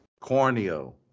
Corneo